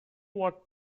what